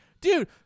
dude